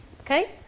Okay